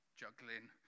juggling